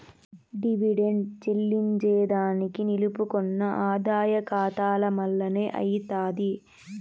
dividend చెల్లింజేదానికి నిలుపుకున్న ఆదాయ కాతాల మల్లనే అయ్యితాది